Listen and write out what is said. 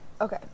Okay